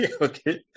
okay